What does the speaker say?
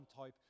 type